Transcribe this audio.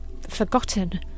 forgotten